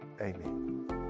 Amen